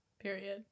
period